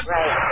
right